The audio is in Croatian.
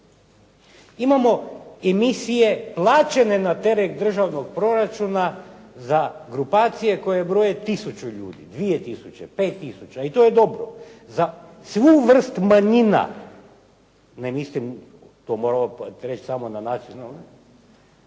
Imamo emisije plaćene na teret državnog proračuna za grupacije koje broje tisuću ljudi, 2 tisuće, 5 tisuća i to je dobro, za svu vrst manjina, ne mislim to moram reći samo na nacionalnoj,